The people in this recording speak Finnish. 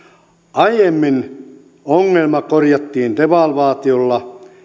aiemmin ongelma korjattiin devalvaatiolla